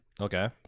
Okay